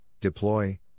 deploy